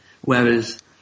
whereas